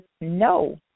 no